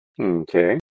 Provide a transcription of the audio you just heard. Okay